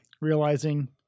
realizing